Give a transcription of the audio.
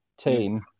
team